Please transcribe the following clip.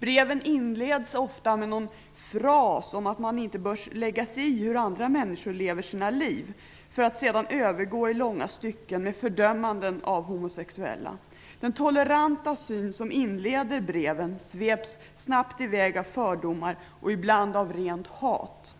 Breven inleds ofta med någon fras om att man inte bör lägga sig i hur andra människor lever sina liv, för att sedan övergå i långa stycken med fördömanden av homosexuella. Den toleranta syn som inleder breven sveps snabbt i väg av fördomar och ibland av rent hat.